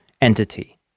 entity